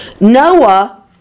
Noah